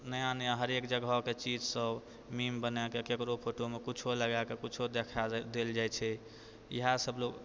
नया नया हरेक जगहके चीज सब मीम बनायके ककरो फोटोमे कुछौ लगाके कुछौ देखा देल जाइ छै इएहे सब लोक